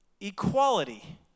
equality